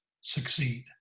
succeed